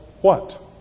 what